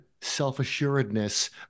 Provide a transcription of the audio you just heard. self-assuredness